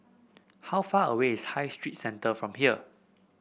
how far away is High Street Centre from here